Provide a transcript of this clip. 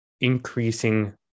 increasing